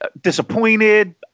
disappointed